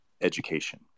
education